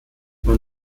when